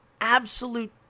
absolute